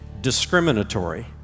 discriminatory